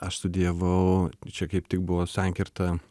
aš studijavau čia kaip tik buvo sankirta